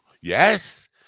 Yes